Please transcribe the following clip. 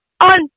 On